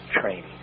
training